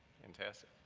fantastic.